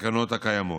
לתקנות הקיימות.